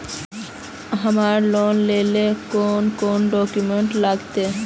हमरा लोन लेले कौन कौन डॉक्यूमेंट लगते?